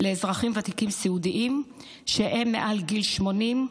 לאזרחים ותיקים סיעודיים שהם מעל גיל 80,